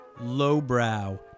lowbrow